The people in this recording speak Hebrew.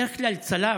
בדרך כלל צלף,